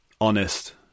honest